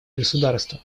государства